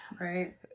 Right